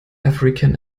african